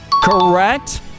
Correct